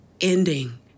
ending